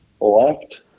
left